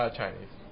Chinese